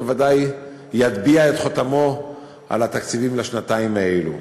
בוודאי יטביע את חותמו על התקציבים לשנתיים האלו.